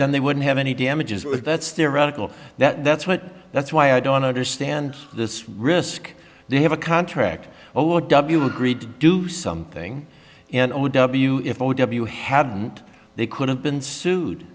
then they wouldn't have any damages that's theoretical that that's what that's why i don't understand this risk they have a contract o w agreed to do something and o w if you hadn't they could have been sued